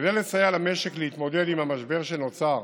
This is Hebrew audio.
כדי לסייע למשק להתמודד עם המשבר שנוצר